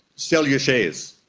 sell your shares.